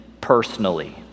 personally